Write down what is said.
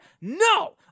No